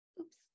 oops